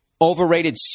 overrated